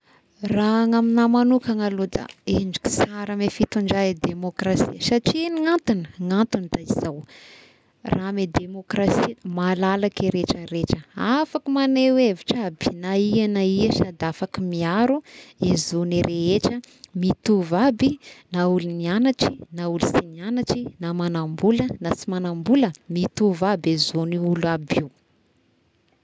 Raha ny aminà manokagna da endrika sara amy fitondra i demokrasia satrià ino antogny, ny antogny da izao raha amy demokrasia malalaky i retraretra afaky magneo hevitra aby na ia na ia sady afaky miaro i zogn'ny rehetra mitovy aby na olo nianatry na olo sy nianatry na manam-bola na sy manam-bola mitovy aby i zo agn'ny olo aby io.